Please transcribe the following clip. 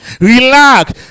Relax